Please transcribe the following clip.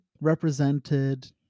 represented